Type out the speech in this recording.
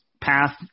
path